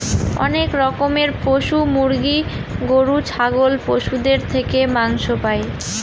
অনেক রকমের পশু মুরগি, গরু, ছাগল পশুদের থেকে মাংস পাই